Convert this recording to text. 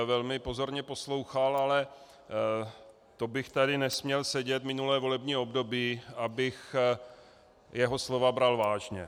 Velmi pozorně jsem ho poslouchal, ale to bych tady nesměl sedět minulé volební období, abych jeho slova bral vážně.